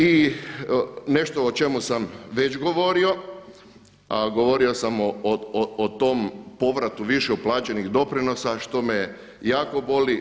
I nešto o čemu sam već govorio, a govorio sam o tom povratu više uplaćenih doprinosa što me jako boli.